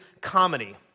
comedy